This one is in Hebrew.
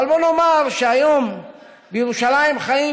אבל בואו נאמר שהיום בירושלים חיים